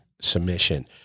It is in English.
submission